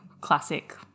classic